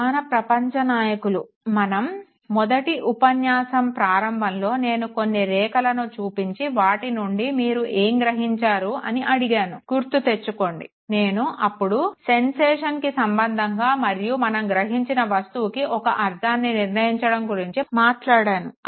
ప్రధాన ప్రపంచ నాయకులు మనం మొదటి ఉపన్యాసం ప్రారంభంలో నేను కొన్ని రేఖలను చూపించి వాటి నుండి మీరు గ్రహించారు అని అడిగాను గుర్తుతెచ్చుకోండి నేను అప్పుడు సెన్సేషన్కి సంబంధంగా మరియు మనం గ్రహించిన వస్తువుకు ఒక అర్ధాన్ని నిర్ణయించడం గురించి మాట్లాడము